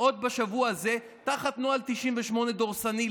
עוד בשבוע הזה תחת נוהל 98 דורסני.